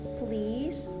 please